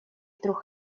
вдруг